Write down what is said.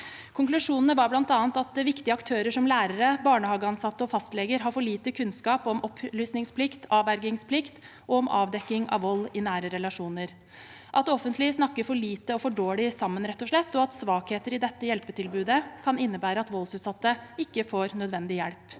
Konklusjonene var bl.a. at viktige aktører som lærere, barnehageansatte og fastleger har for lite kunnskap om opplysningsplikt, om avvergingsplikt og om avdekking av vold i nære relasjoner, at det offentlige snakker for lite og for dårlig sammen, rett og slett, og at svakheter i dette hjelpetilbudet kan innebære at voldsutsatte ikke får nødvendig hjelp.